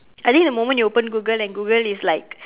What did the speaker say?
I think the moment you open google and google is like